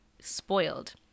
spoiled